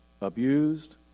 abused